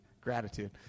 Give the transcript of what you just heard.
gratitude